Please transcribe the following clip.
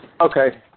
okay